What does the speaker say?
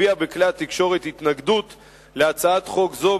הביעה בכלי התקשורת התנגדות להצעת חוק זו,